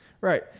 Right